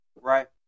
Right